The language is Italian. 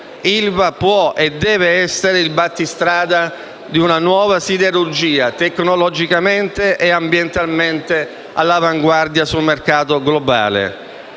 ILVA può e deve essere il battistrada di una nuova siderurgia tecnologicamente e ambientalmente all'avanguardia sul mercato globale.